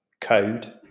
code